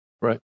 Right